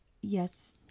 yes